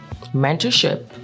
mentorship